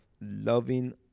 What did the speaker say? loving